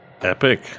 epic